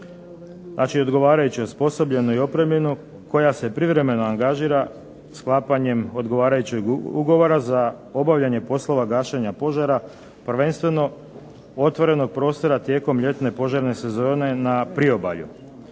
znači odgovarajuće osposobljenu i opremljenu, koja se privremeno angažira sklapanjem odgovarajućeg ugovora za obavljanje poslova gašenja požara, prvenstveno otvorenog prostora tijekom ljetne požarne sezone na priobalju.